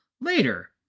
later